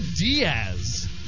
Diaz